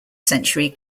century